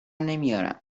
نمیآورم